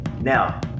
Now